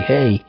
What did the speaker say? Hey